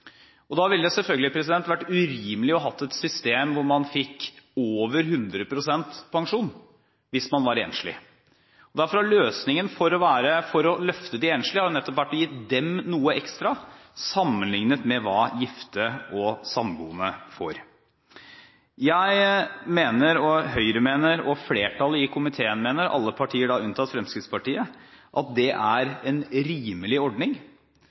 én. Da ville det selvfølgelig vært urimelig å ha et system hvor man fikk over 100 pst. pensjon hvis man var enslig. Derfor har løsningen for å løfte de enslige nettopp vært å gi dem noe ekstra sammenliknet med hva gifte og samboende får. Jeg mener, Høyre mener og flertallet i komiteen mener – alle partier unntatt Fremskrittspartiet – at det er en rimelig ordning,